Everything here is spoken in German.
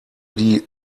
die